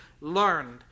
learned